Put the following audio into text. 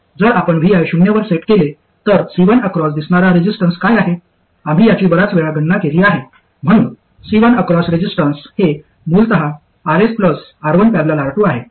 जर आपण vi शून्यवर सेट केले तर C1 अक्रॉस दिसणारा रेसिस्टन्स काय आहे आम्ही याची बर्याच वेळा गणना केली आहे म्हणून C1 अक्रॉस रेसिस्टन्स हे मूलतः Rs R1 ।। R2 आहे